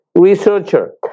researcher